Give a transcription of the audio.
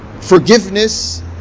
forgiveness